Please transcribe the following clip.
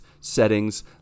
settings